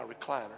recliner